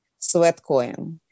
sweatcoin